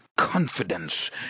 Confidence